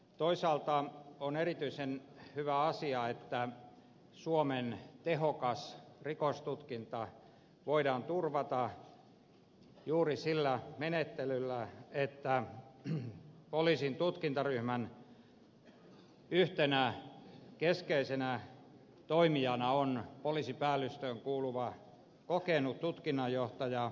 toisaalta on erityisen hyvä asia että suomen tehokas rikostutkinta voidaan turvata juuri sillä menettelyllä että poliisin tutkintaryhmän yhtenä keskeisenä toimijana on poliisipäällystöön kuuluva kokenut tutkinnanjohtaja